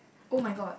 oh-my-god